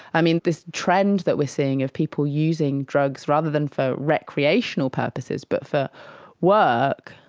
i mean, this trend that we are seeing of people using drugs rather than for recreational purposes but for work,